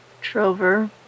Trover